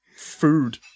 Food